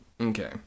Okay